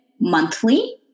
monthly